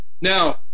Now